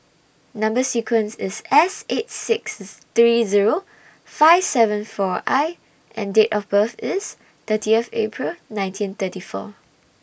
Number sequence IS S eight six three Zero five seven four I and Date of birth IS thirtieth April nineteen thirty four